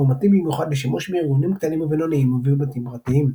והוא מתאים במיוחד לשימוש בארגונים קטנים ובינוניים ובבתים פרטיים.